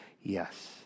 Yes